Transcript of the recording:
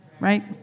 right